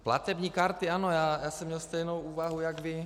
Platební karty, ano, já jsem měl stejnou úvahu jako vy.